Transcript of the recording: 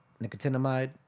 nicotinamide